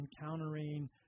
encountering